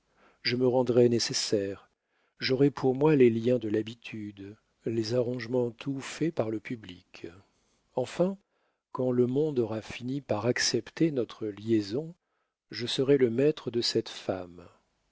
je me rendrai nécessaire j'aurai pour moi les liens de l'habitude les arrangements tout faits par le public enfin quand le monde aura fini par accepter notre liaison je serai le maître de cette femme